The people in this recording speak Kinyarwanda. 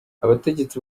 abategetsi